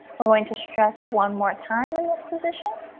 we're going to stretch one more time in this position